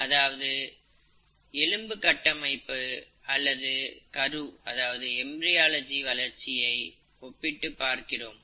அதாவது எலும்பு கட்டமைப்பு அல்லது கரு வளர்ச்சியை ஒப்பிட்டுப் பார்க்கிறோம்